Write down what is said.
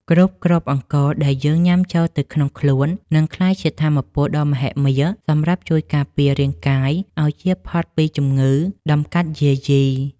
គ្រប់គ្រាប់អង្ករដែលយើងញ៉ាំចូលទៅក្នុងខ្លួននឹងក្លាយជាថាមពលដ៏មហិមាសម្រាប់ជួយការពាររាងកាយឱ្យជៀសផុតពីជំងឺតម្កាត់យាយី។